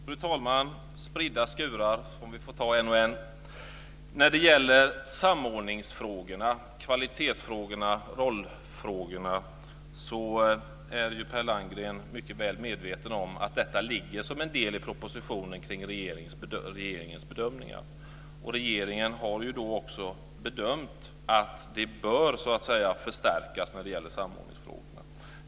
Fru talman! Det var spridda skurar som vi får ta en och en. Per Landgren är mycket väl medveten om att samordningsfrågorna, kvalitetsfrågorna och rollfrågorna ligger som en del i propositionen när det gäller regeringens bedömningar. Regeringen har också bedömt att det behövs en förstärkning när det gäller samordningsfrågorna.